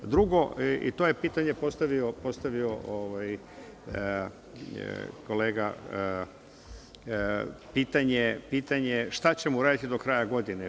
Drugo, i to je pitanje postavio kolega – šta ćemo uraditi do kraja godine.